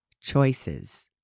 choices